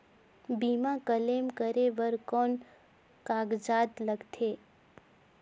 बीमा क्लेम करे बर कौन कागजात लगथे?